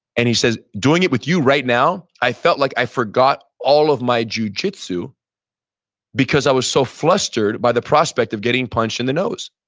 and he says, doing it with you right now, i felt like i forgot all of my jujitsu because i was so flustered by the prospect of getting punched in the nose.